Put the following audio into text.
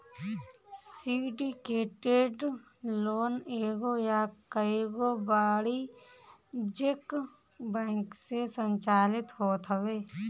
syndicated loan एगो या कईगो वाणिज्यिक बैंक से संचालित होत हवे